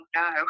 no